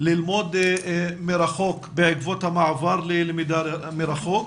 ללמוד מרחוק בעקבות המעבר ללמידה מרחוק.